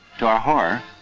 to our horror,